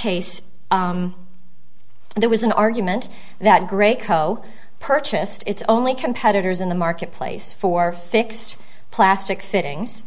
case there was an argument that great co purchased its only competitors in the marketplace for fixed plastic fittings